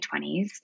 20s